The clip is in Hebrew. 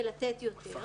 ולתת יותר,